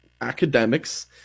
academics